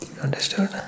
Understood